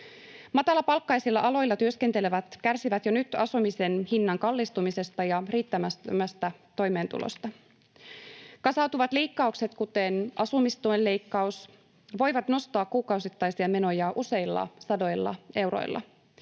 Matalapalkkaisilla aloilla työskentelevät kärsivät jo nyt asumisen hinnan kallistumisesta ja riittämättömästä toimeentulosta. Kasautuvat leikkaukset, kuten asumistuen leikkaus, voivat nostaa kuukausittaisia menoja useilla sadoilla euroilla.